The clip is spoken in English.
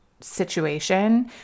situation